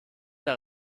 der